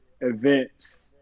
events